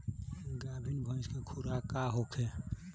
गाभिन भैंस के खुराक का होखे?